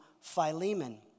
Philemon